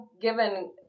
given